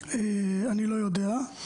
אני לא יודע.